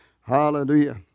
Hallelujah